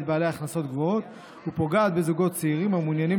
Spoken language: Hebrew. בעלי הכנסות גבוהות ופוגעת בזוגות צעירים המעוניינים